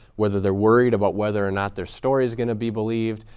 whether they're worried about whether or not their story is going to be believed.